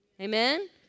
Amen